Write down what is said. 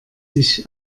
sich